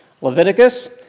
Leviticus